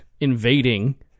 invading